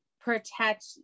protect